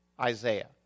Isaiah